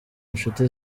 nshuti